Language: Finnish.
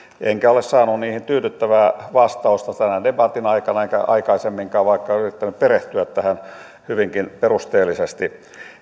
enkä ole saanut niihin tyydyttävää vastausta tämän debatin aikana enkä aikaisemminkaan vaikka olen yrittänyt perehtyä tähän hyvinkin perusteellisesti